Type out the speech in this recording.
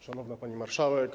Szanowna Pani Marszałek!